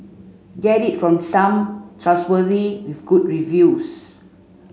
get it from someone trustworthy with good reviews